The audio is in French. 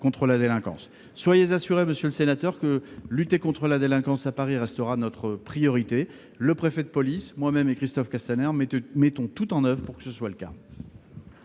contre la délinquance. Soyez assuré, monsieur le sénateur, que la lutte contre la délinquance à Paris restera notre priorité. Le préfet de police, Christophe Castaner et moi-même mettons tout en oeuvre pour que ce soit le cas.